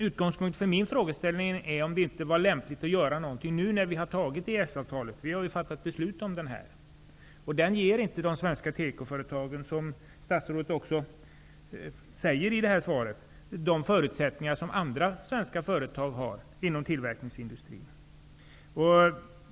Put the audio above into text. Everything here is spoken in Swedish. Utgångspunkten för min frågeställning är om det inte är lämpligt att göra något nu när vi har fattat beslut om EES-avtalet. Det ger inte de svenska tekoföretagen, vilket statsrådet också säger i svaret, de förutsättningar som andra svenska företag inom tillverkningsindustrin har.